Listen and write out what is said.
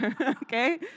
okay